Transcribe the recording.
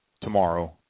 tomorrow